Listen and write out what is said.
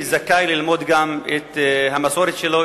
זכאי ללמוד גם את המסורת שלו,